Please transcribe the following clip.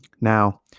Now